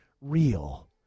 real